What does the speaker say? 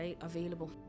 available